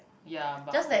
ya but